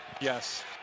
Yes